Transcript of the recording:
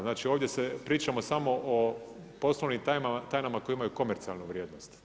Znači, ovdje pričamo samo o poslovnim tajnama koje imaju komercijalnu vrijednost.